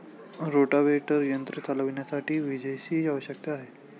rotavator यंत्र चालविण्यासाठी विजेची आवश्यकता आहे